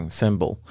symbol